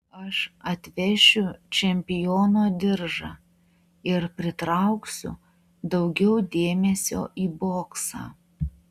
aš atvešiu čempiono diržą ir pritrauksiu daugiau dėmesio į boksą